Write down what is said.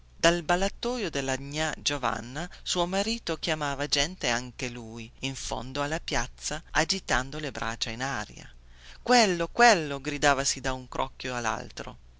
dal ballatoio della gnà giovanna suo marito chiamava gente anche lui in fondo alla piazza agitando le braccia in aria quello quello gridavasi da un crocchio